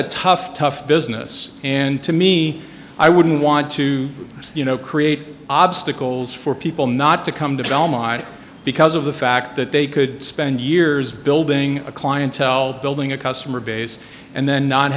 a tough tough business and to me i wouldn't want to you know create obstacles for people not to come to trial mind because of the fact that they could spend years building a clientele building a customer base and then not